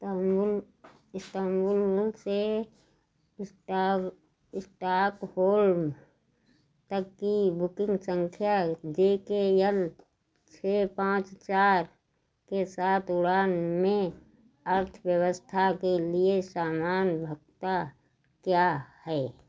Istanbul Istanbul से स्टाग Stockholm तक की बुकिंग संख्या जे के एल छः पाँच चार के साथ उड़ान में अर्थव्यवस्था के लिए सामान भत्ता क्या है